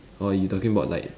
or you talking about like